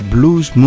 Blues